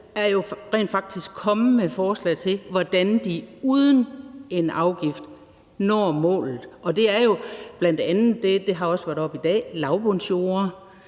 er jo rent faktisk kommet med et forslag til, hvordan de uden en afgift når målet. Og det er jo bl.a. – hvad der også har været oppe i dag – lavbundsjorder,